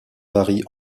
varient